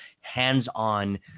hands-on